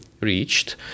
reached